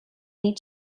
need